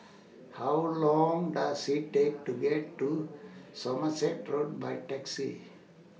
How Long Does IT Take to get to Somerset Road By Taxi